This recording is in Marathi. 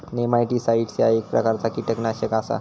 नेमाटीसाईट्स ह्या एक प्रकारचा कीटकनाशक आसा